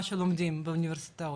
בדוחות הכספיים אני